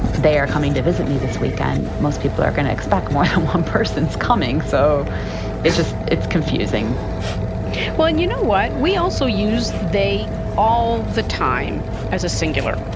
they are coming to visit me this weekend. most people are going to expect more um um persons coming. so it's just it's confusing well, you know what? we also use they all the time as a singular.